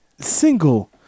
single